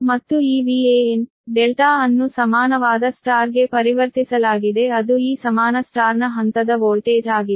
ಮತ್ತು ಈ V an ∆ ಅನ್ನು ಸಮಾನವಾದ Y ಗೆ ಪರಿವರ್ತಿಸಲಾಗಿದೆ ಅದು ಈ ಸಮಾನ Y ನ ಹಂತದ ವೋಲ್ಟೇಜ್ ಆಗಿದೆ